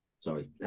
Sorry